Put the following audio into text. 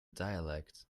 dialect